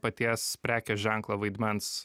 paties prekės ženklo vaidmens